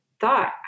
thought